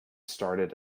started